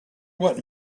what